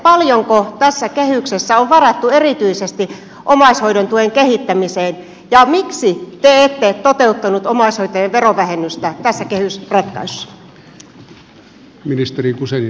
paljonko tässä kehyksessä on varattu erityisesti omaishoidon tuen kehittämiseen ja miksi te ette toteuttanut omaishoitajien verovähennystä tässä kehysratkaisussa